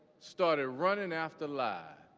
started running after lie.